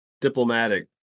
Diplomatic